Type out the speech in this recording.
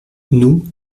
nous